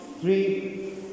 Three